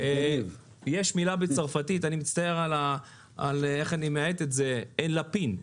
יש מילה בצרפתית אני מצטער איך אני מאיית את זה - un lapin,